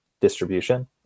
distribution